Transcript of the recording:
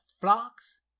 flocks